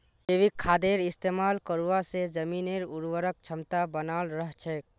जैविक खादेर इस्तमाल करवा से जमीनेर उर्वरक क्षमता बनाल रह छेक